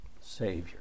Savior